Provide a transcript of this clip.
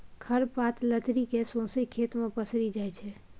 खर पात लतरि केँ सौंसे खेत मे पसरि जाइ छै